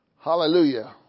Hallelujah